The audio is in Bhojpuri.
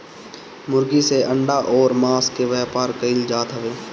मुर्गी से अंडा अउरी मांस के व्यापार कईल जात हवे